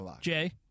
Jay